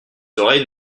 oreilles